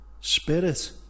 Spirit